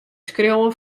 skriuwen